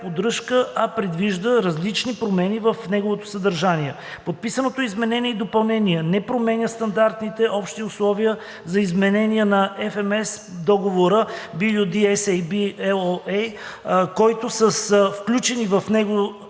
а предвижда различни промени в неговото съдържание. Подписаното Изменение и допълнение не променя Стандартните Общи условия за изпълнение на FMS договор BU-D-SAB LOA, които са включени в неговото